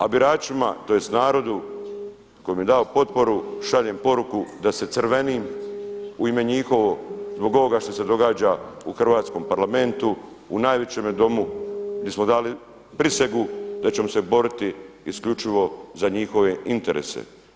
A biračima, tj. narodu koji mi je dao potporu šaljem poruku da se crvenim u ime njihovog, zbog ovoga što se događa u Hrvatskom parlamentu u najvećemu Domu gdje smo dali prisegu da ćemo se boriti isključivo za njihove interese.